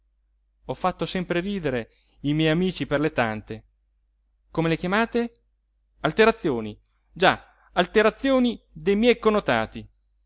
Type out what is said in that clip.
ho fatto sempre ridere i miei amici per le tante come le chiamate alterazioni già alterazioni de miei connotati